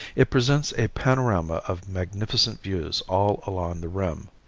it presents a panorama of magnificent views all along the rim,